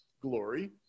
glory